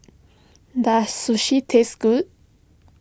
does Sushi taste good